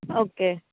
okay